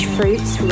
Fruits